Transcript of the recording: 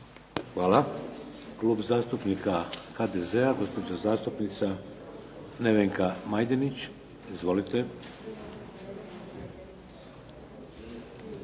Hvala. Klub zastupnika HDZ-a, gospođa zastupnica Nevenka Majdenić. Izvolite.